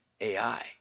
AI